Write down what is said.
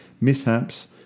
Mishaps